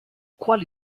quali